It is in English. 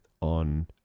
on